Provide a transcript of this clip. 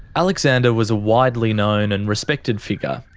alexander was a widely known and respected figure.